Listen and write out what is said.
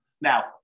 Now